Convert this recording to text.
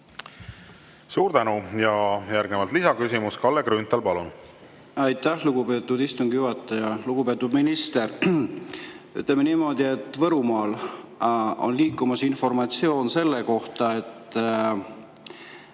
Suur tänu! Ja järgnevalt lisaküsimus, Kalle Grünthal, palun! Aitäh, lugupeetud istungi juhataja! Lugupeetud minister! Ütleme niimoodi, et Võrumaal on liikumas informatsioon selle kohta, et